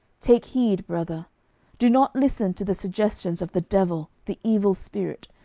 take heed, brother do not listen to the suggestions of the devil the evil spirit,